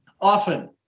Often